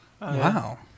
Wow